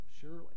surely